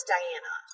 Diana